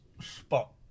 spot